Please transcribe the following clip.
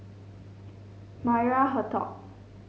Maria Hertogh